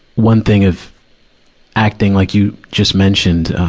one thing of acting, like you just mentioned,